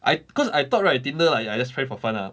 I cause I thought right Tinder like !aiya! just try for fun lah